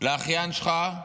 לאחיין שלך,